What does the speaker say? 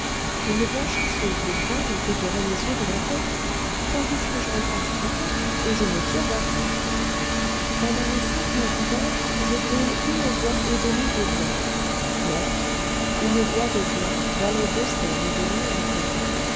une blanchisseuse de fin me coûterait les yeux de la tête tandis que je repasse très-bien et je me tire d'affaire pendant les cinq mois d'hiver je brûle une voie et demie de bois et